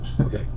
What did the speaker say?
Okay